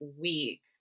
week